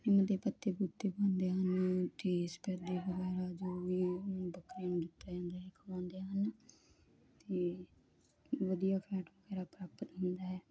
ਨਿੰਮ ਦੇ ਪੱਤੇ ਪੁੱਤੇ ਪਾਂਦੇ ਹਨ ਤੇ ਸਫੈਦੇ ਵਗੈਰਾ ਜੋ ਵੀ ਬੱਕਰੀ ਨੂੰ ਦਿੱਤਾ ਜਾਂਦਾ ਹੈ ਖਵਾਉਂਦੇ ਹਨ ਤੇ ਵਧੀਆ ਫੈਟ ਵਗੈਰਾ ਪ੍ਰਾਪਤ ਹੁੰਦਾ ਹੈ